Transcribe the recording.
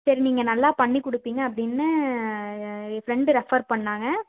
சரி நீங்கள் நல்லா பண்ணி கொடுப்பிங்க அப்படின்னு என் ஃப்ரெண்டு ரெஃபர் பண்ணாங்க